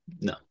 no